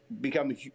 become